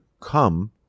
come